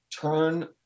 turn